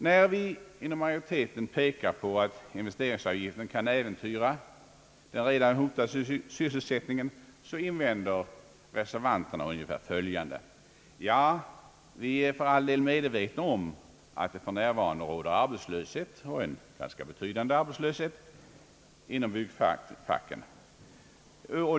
När vi inom majoriteten pekar på att investeringsavgiften kan äventyra den redan hotade sysselsättningen invänder reservanterna ungefär följande. Reservanterna är för all del medvetna om att det för närvarande råder arbetslös het — och en ganska betydande arbetslöshet — inom byggfacket.